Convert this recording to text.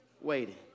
waiting